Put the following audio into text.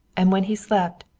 and when he slept,